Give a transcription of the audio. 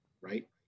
right